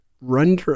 Run